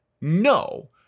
No